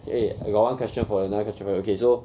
okay I got one question for another okay so